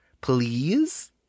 Please